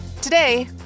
Today